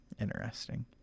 Interesting